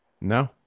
no